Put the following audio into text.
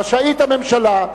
רשאית הממשלה,